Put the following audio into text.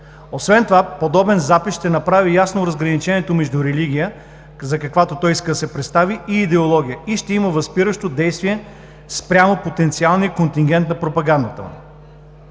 Освен това подобен запис ще направи ясно разграничението между религия, за каквато той иска да се представи, и идеология и ще има възпиращо действие спрямо потенциалния контингент на пропагандата